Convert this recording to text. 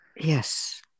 Yes